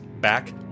back